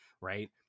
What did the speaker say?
Right